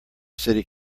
city